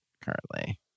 currently